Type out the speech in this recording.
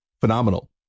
phenomenal